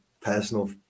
personal